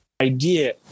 idea